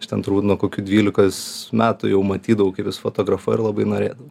aš ten turbūt nuo kokių dvylikos metų jau matydavau kaip jis fotografuoja ir labai norėdavau